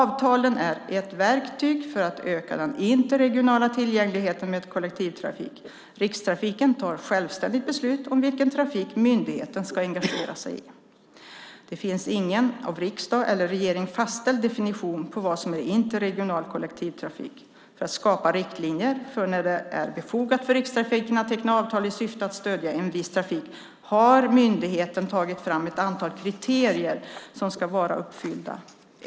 Avtalen är ett verktyg för att öka den interregionala tillgängligheten med kollektivtrafik. Rikstrafiken tar självständigt beslut om vilken trafik myndigheten ska engagera sig i. Det finns ingen av riksdag eller regering fastställd definition på vad som är interregional kollektivtrafik. För att skapa riktlinjer för när det är befogat för Rikstrafiken att teckna avtal i syfte att stödja en viss trafik har myndigheten tagit fram ett antal kriterier som ska vara uppfyllda.